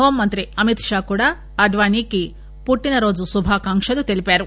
హోంమంత్రి అమిత్ షా కూడా అద్వానీకి పుట్టినరోజు శుభాకాంక్షలు తెలిపారు